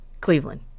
Cleveland